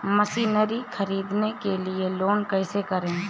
Machinery ख़रीदने के लिए लोन कैसे करें?